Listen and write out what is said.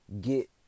get